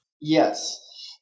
Yes